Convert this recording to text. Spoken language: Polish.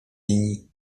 linii